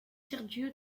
sergio